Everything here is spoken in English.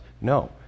No